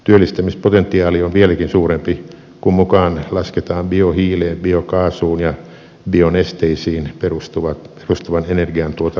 työllistämispotentiaali on vieläkin suurempi kun mukaan lasketaan biohiileen biokaasuun ja bionesteisiin perustuvan energiantuotannon mahdollisuudet